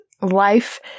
life